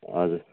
हजुर